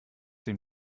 sie